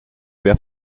wer